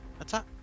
Attack